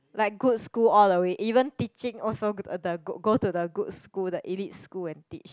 like good school all the way even teaching also good go to the good school the elite school and teach